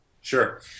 Sure